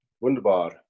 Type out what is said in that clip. Wunderbar